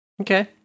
Okay